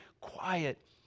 quiet